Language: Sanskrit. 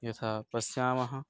यथा पश्यामः